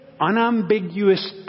unambiguous